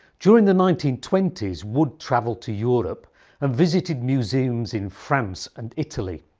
during the nineteen twenty s, wood travelled to europe and visited museums in france and italy.